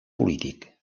polític